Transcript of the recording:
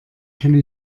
kenne